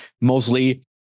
mostly